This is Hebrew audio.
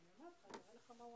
אני נועל את הישיבה, תודה רבה.